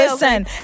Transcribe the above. Listen